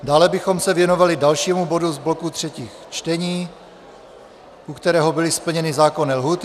Dále bychom se věnovali dalšímu bodu z bloku třetích čtení, u kterého byly splněny zákonné lhůty.